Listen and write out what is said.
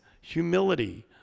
humility